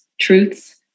truths